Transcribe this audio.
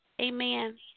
Amen